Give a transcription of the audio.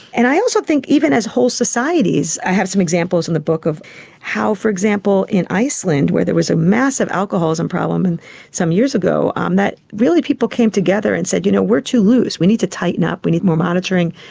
and i also think even as whole societies, i have some examples in the book of how, for example, in iceland where there was a massive alcoholism problem some years ago, um that really people came together and said you know we're too loose, we need to tighten up, we need more monitoring,